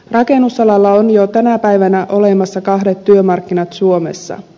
rakennusalalla on jo tänä päivänä olemassa kahdet työmarkkinat suomessa